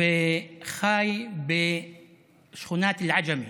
וחי בשכונת אל-עג'מי